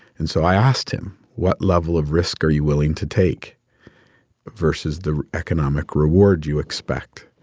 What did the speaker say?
and so i asked him, what level of risk are you willing to take versus the economic rewards you expect?